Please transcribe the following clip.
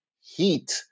Heat